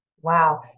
Wow